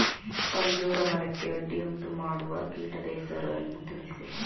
ಅಂಜೂರ ಮರಕ್ಕೆ ಅಡ್ಡಿಯುಂಟುಮಾಡುವ ಕೀಟದ ಹೆಸರನ್ನು ತಿಳಿಸಿ?